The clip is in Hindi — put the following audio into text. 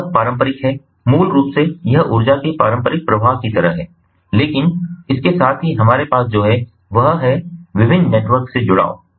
तो यह पारंपरिक है मूल रूप से यह ऊर्जा के पारंपरिक प्रवाह की तरह है लेकिन इसके साथ ही हमारे पास जो है वह है विभिन्न नेटवर्क से जुड़ाव